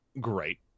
great